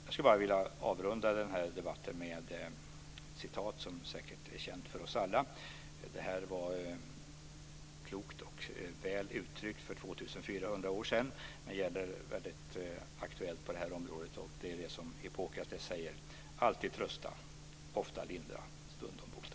Jag skulle bara vilja avrunda den här debatten med ett citat som säkert är känt för oss alla. Detta var klokt och väl uttryckt för 2 400 år sedan men är fortfarande väldigt aktuellt på det här området. Det var Hippokrates som sade: Alltid trösta, ofta lindra, stundom bota.